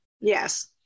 Yes